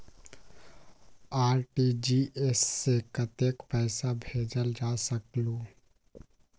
RTGS से कतेक पैसा भेजल जा सकहु???